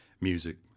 music